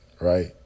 right